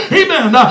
amen